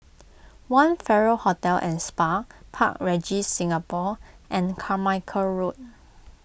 one Farrer Hotel and Spa Park Regis Singapore and Carmichael Road